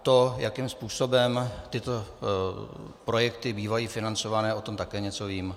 To, jakým způsobem tyto projekty bývají financované, o tom také něco vím.